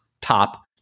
top